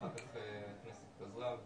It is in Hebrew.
ואחר כך הכנסת התפזרה.